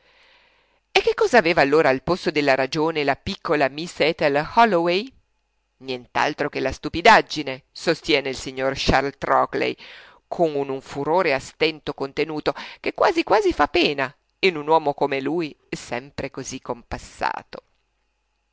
e che cosa aveva allora al posto della ragione la piccola miss ethel holloway nient'altro che la stupidaggine sostiene il signor charles trockley con un furore a stento contenuto che quasi quasi fa pena in un uomo come lui sempre così compassato